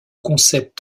concept